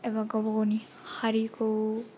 एबा गावबा गावनि हारिखौ